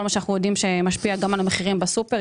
כל מה שאנחנו יודעים שמשפיע גם על המחירים בסופר,